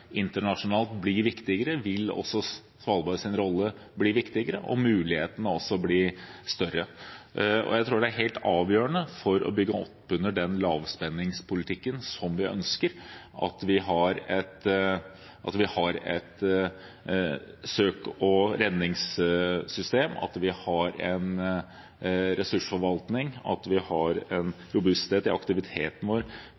internasjonalt blir viktigere, vil også Svalbards rolle bli viktigere, og mulighetene vil også bli større. Jeg tror det er helt avgjørende for å bygge opp under den lavspenningspolitikken som vi ønsker, at vi har et søk- og redningssystem, at vi har en ressursforvaltning, at vi har en robusthet i aktiviteten vår